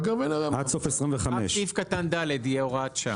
אז רק סעיף קטן (ד) יהיה הוראת שעה.